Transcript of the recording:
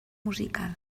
musical